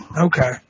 Okay